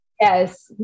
Yes